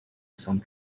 some